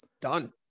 done